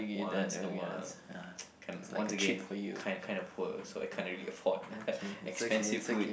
once in awhile kind once again kind kind of poor so I can't really afford expensive food